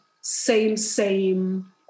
same-same